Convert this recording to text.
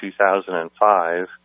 2005